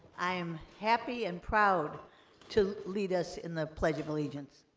i'm happy and proud to lead us in the pledge of allegiance.